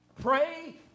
pray